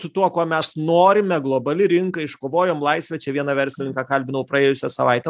su tuo kuo mes norime globali rinka iškovojom laisvę čia vieną verslininką kalbinau praėjusią savaitę